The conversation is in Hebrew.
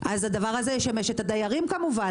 אז הדבר הזה ישמש את הדיירים כמובן.